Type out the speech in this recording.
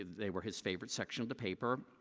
they were his favorite section of the paper.